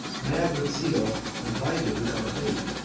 mad with zeal, and blinded with our fate,